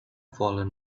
fallen